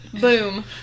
Boom